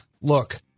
look